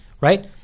right